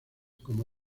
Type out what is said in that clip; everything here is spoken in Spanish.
como